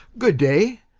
good day.